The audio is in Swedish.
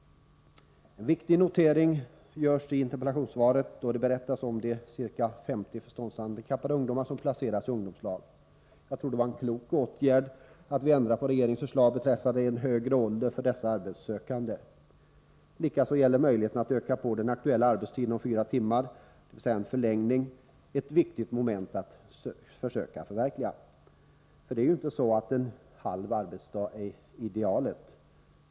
En riktig notering görs i interpellationssvaret då det berättas om de ca 50 förståndshandikappade ungdomar som placerats i ungdomslag. Jag tror det var en klok åtgärd att vi ändrade på regeringens förslag beträffande den högre åldern för dessa arbetssökande. Likaså är möjligheten att öka på den aktuella arbetstiden om fyra timmar, dvs. en förlängning, ett viktigt moment att försöka förverkliga. Det är ju inte så att en halv arbetsdag är idealet.